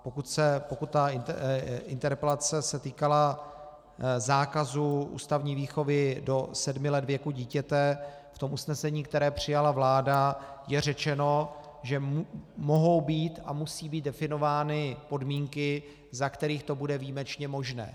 Pokud se interpelace týkala zákazu ústavní výchovy do sedmi let věku dítěte, v usnesení, které přijala vláda, je řečeno, že mohou být a musí být definovány podmínky, za kterých to bude výjimečně možné.